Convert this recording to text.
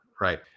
right